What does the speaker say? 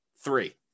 three